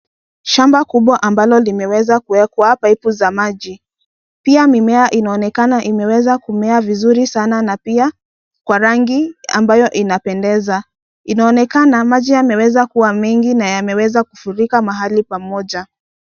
Shamba kubwa ambalo limewezwa kuwekwa paipu za maji. Pia mimea inaonekana imeweza kumea vizuri sana na pia kwa rangi ambayo inapendeza. Inaonekana maji yameweza kuwa mengi na yameweza kufurika mahali pamoja.